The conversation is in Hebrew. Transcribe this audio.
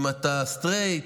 אם אתה סטרייט.